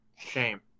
Shame